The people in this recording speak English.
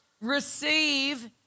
Receive